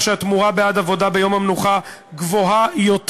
שהתמורה בעד עבודה ביום המנוחה גבוהה יותר,